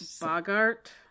Bogart